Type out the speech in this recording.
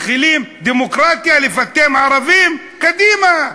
מתחילים דמוקרטיה, לפטם ערבים, קדימה.